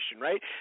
right